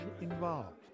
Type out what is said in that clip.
involved